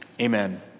amen